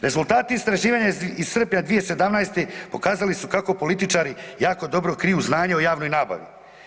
Rezultati istraživanja iz srpnja 2017.-te pokazali su kako političari jako dobro kriju znanje o javnoj nabavi.